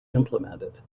implemented